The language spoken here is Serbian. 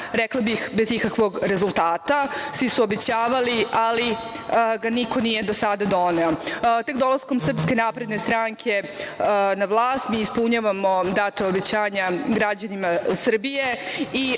rekla bih, bez ikakvog rezultata, svi su obećavali, ali ga niko nije do sada doneo. Tek dolaskom SNS na vlast, mi ispunjavamo data obećanja građanima Srbije